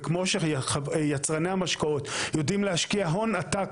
וכמו שיצרני המשקאות יודעים להשקיע הון עתק